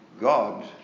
God